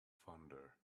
fonder